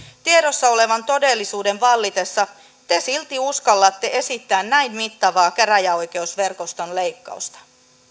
tiedossa olevan todellisuuden vallitessa te silti uskallatte esittää näin mittavaa käräjäoikeusverkoston leikkausta